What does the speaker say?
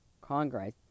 Congress